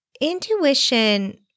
Intuition